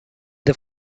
the